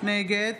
נגד